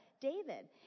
David